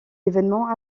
évènements